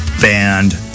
band